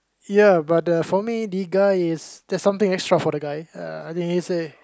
ya but the for me Digga is there's something extra for the guy I mean he say